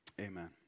amen